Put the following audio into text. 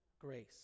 grace